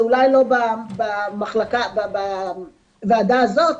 זה אולי לא בוועדה הזאת,